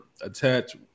attach